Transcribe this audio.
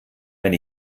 wenn